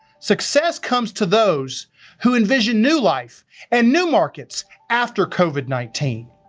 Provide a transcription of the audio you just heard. success comes to those who envision new life and new markets after covid nineteen.